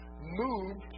moved